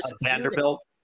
Vanderbilt